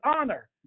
honor